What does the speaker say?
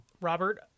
robert